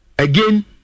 Again